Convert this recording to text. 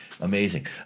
Amazing